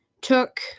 took